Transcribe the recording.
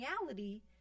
reality